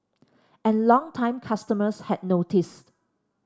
and longtime customers had noticed